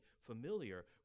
familiar